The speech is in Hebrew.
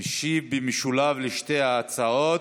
משיב במשולב על שתי ההצעות.